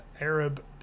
arab